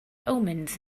omens